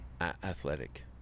Athletic